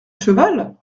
cheval